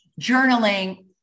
journaling